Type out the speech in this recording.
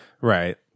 Right